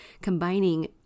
combining